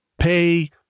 pay